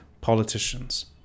politicians